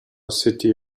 city